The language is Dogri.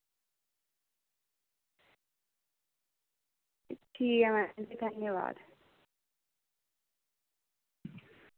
ठीक ऐ मैम धन्यबाद